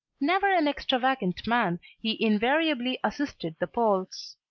never an extravagant man, he invariably assisted the poles.